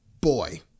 boy